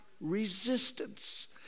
resistance